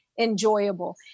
enjoyable